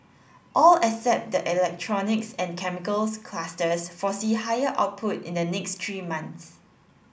all except the electronics and chemicals clusters foresee higher output in the next three months